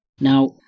Now